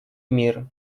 мир